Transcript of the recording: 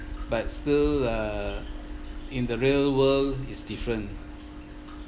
but still uh in the real world it's different